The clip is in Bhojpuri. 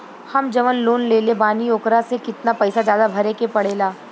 हम जवन लोन लेले बानी वोकरा से कितना पैसा ज्यादा भरे के पड़ेला?